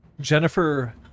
Jennifer